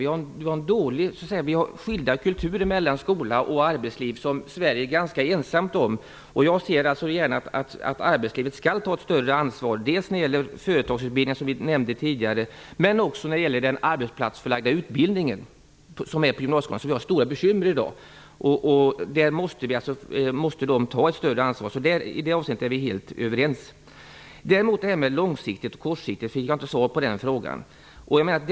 Vi har skilda kulturer mellan skola och arbetsliv, något som Sverige är ganska ensamt om. Jag ser alltså gärna att arbetslivet tar ett större ansvar dels när det gäller företagsutbildningar, som tidigare nämnts, dels när det gäller arbetsplatsförlagd utbildning som vi i dag har stora bekymmer med. Näringslivet måste ta ett större ansvar här. I det avseendet är vi helt överens. Däremot fick jag inget svar på frågan om det här med långsiktigt och kortsiktigt.